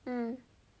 mm